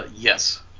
Yes